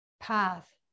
path